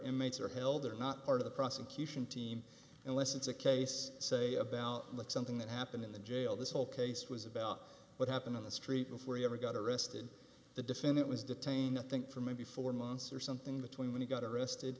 are held are not part of the prosecution team unless it's a case say about like something that happened in the jail this whole case was about what happened on the street before he ever got arrested the defendant was detained nothing for maybe four months or something between when he got arrested